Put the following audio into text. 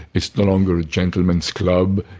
it's no longer a gentleman's club.